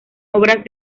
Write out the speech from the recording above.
obras